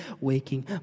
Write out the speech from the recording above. waking